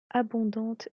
abondante